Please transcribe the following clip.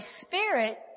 spirit